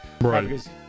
Right